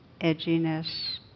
edginess